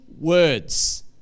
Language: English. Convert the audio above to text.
words